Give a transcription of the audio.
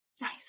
Nice